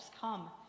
come